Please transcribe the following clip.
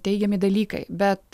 teigiami dalykai bet